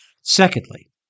Secondly